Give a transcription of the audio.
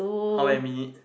how many minute